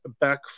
back